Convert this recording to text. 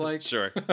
Sure